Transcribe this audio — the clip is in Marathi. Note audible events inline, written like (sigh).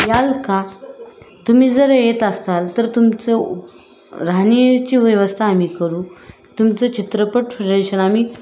याल का तुम्ही जर येत असाल तर तुमचं राहण्याची व्यवस्था आम्ही करू तुमचं चित्रपट (unintelligible) आम्ही